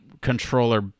controller